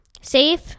Safe